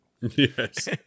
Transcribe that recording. Yes